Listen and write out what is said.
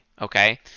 Okay